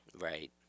Right